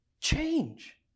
change